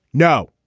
no,